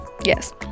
Yes